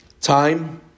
Time